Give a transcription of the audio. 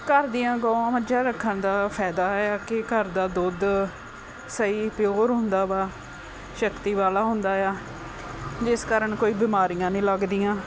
ਘਰ ਦੀਆਂ ਗਊਆਂ ਮਝਾਂ ਰੱਖਣ ਫ਼ਾਇਦਾ ਆ ਕਿ ਘਰ ਦਾ ਦੁੱਧ ਸਹੀ ਪਿਓਰ ਹੁੰਦਾ ਵਾ ਸ਼ਕਤੀ ਵਾਲਾ ਹੁੰਦਾ ਆ ਜਿਸ ਕਾਰਨ ਕੋਈ ਬਿਮਾਰੀਆਂ ਨਹੀਂ ਲੱਗਦੀਆਂ